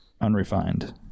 unrefined